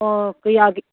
ꯑꯣ ꯀꯌꯥꯒꯤ